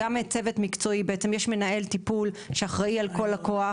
יש מנהל טיפול שאחראי על כל לקוח